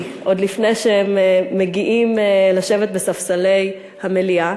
עוד לפני שהם מגיעים לשבת בספסלי המליאה.